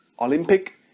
Olympic